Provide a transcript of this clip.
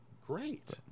Great